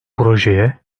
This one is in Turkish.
projeye